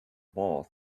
ball